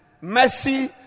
Mercy